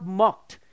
mocked